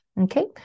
Okay